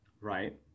right